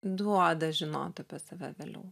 duoda žinot apie save vėliau